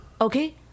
Okay